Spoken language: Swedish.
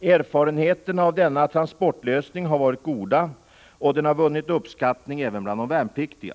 Erfarenheterna av denna transportlösning har varit goda, och den har vunnit uppskattning även bland de värnpliktiga.